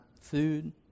food